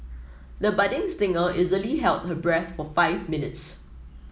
the budding singer easily held her breath for five minutes